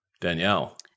Danielle